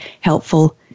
helpful